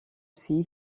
see